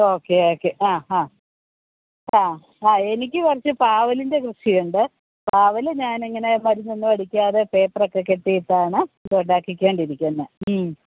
okay okay ആ ആ ആ ആ എനിക്ക് കുറച്ച് പാവലിൻ്റെ കൃഷിയുണ്ട് പാവൽ ഞാൻ ഇങ്ങനെ മരുന്നൊന്നും അടിക്കാതെ പേപ്പർ ഒക്കെ കെട്ടിയിട്ടാണ് ഇത് ഉണ്ടാക്കിക്കൊണ്ടിരിക്കുന്നത്